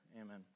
Amen